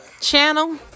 channel